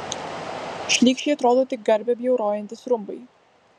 šlykščiai atrodo tik garbę bjaurojantys rumbai